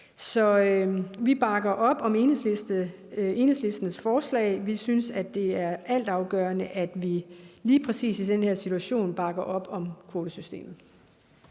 Så vi bakker op om Enhedslistens forslag. Vi synes, at det er altafgørende, at vi lige præcis i den her situation bakker op om kvotesystemet.